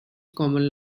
common